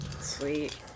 Sweet